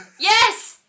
Yes